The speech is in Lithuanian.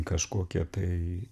kažkokie tai